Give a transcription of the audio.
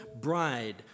bride